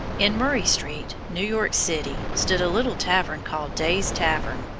in murray street, new york city, stood a little tavern called day's tavern.